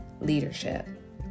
leadership